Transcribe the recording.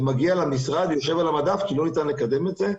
זה מגיע למשרד ויושב על המדף כי לא ניתן לקדם את זה.